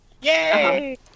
Yay